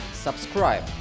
subscribe